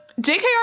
JKR